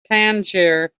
tangier